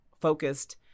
focused